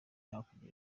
hakurya